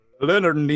Leonard